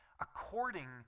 according